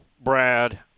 Brad